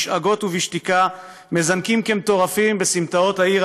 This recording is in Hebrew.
בשאגה ובשתיקה / מזנקים כמטורפים בסמטאות העיר